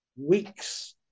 weeks